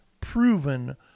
proven